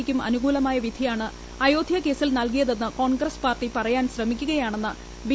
യ്ക്കും അനുകൂലമായ വിധിയാണ് അയോധ്യ കേസിൽ നൽകിയതെന്ന് കോൺഗ്രസ് പാർട്ടി പറയാൻ ശ്രമിക്കുകയാണെന്ന് ബി